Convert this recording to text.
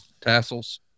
tassels